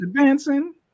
dancing